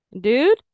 dude